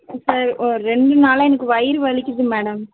ஆ sir ஒரு ரெண்டு நாளாக எனக்கு வயிறு வலிக்குது மேடம்